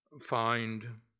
Find